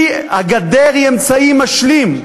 הגדר היא אמצעי משלים.